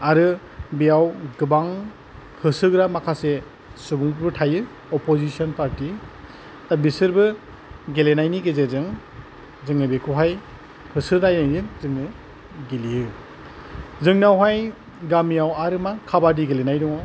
आरो बेयाव गोबां होसोग्रा माखासे सुबुंफोर थायो अपजिशन पार्टि दा बिसोरबो गेलेनायनि गेजेरजों जोङो बेखौहाय होसोलायनाय जोङो गेलेयो जोंनावहाय गामियाव आरोमा खाबादि गेलेनाय दङ